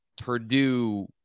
Purdue